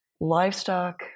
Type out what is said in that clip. Livestock